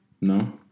No